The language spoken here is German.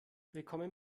willkommen